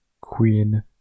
Queen